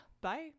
bye